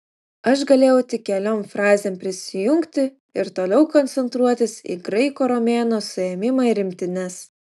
aš galėjau tik keliom frazėm prisijungti ir toliau koncentruotis į graiko romėno suėmimą ir imtynes